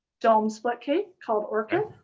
dome split cake called orchid.